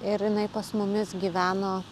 ir jinai pas mumis gyveno